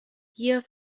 gier